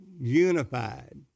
unified